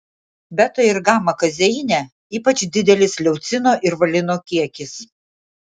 beta ir gama kazeine ypač didelis leucino ir valino kiekis